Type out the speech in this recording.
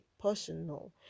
personal